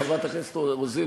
חברת הכנסת רוזין,